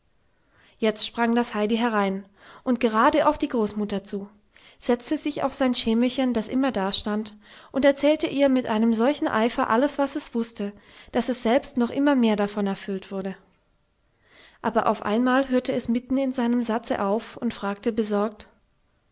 jetzt sprang das heidi herein und gerade auf die großmutter zu setzte sich auf sein schemelchen das immer dastand und erzählte ihr mit einem solchen eifer alles was es wußte daß es selbst noch immer mehr davon erfüllt wurde aber auf einmal hörte es mitten in seinem satze auf und fragte besorgt